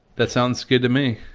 that sounds good to me.